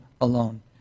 alone